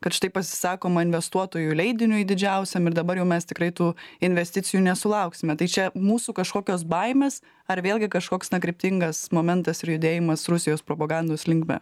kad štai pasisakoma investuotojų leidiniui didžiausiam ir dabar jau mes tikrai tų investicijų nesulauksime tai čia mūsų kažkokios baimės ar vėlgi kažkoks na kryptingas momentas ir judėjimas rusijos propagandos linkme